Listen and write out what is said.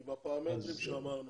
כי בפרמטרים שאמרנו,